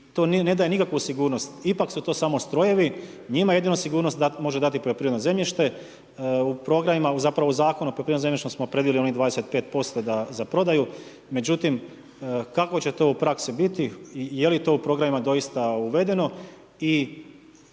i to ne daje nikakvu sigurnost. Ipak su to samo strojevi. Njima jedinu sigurnost može dati poljoprivredno zemljište. U programima, zapravo u Zakonu o poljoprivrednom zemljištu smo predvidjeli onih 25% za prodaju. Međutim, kako će to u praksi biti i je li to u programima doista uvedeno